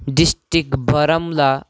district Baramulla